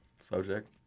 subject